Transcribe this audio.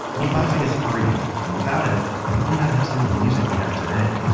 beatboxing is free and without it, we might not have some of the music we have today